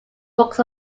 books